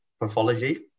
pathology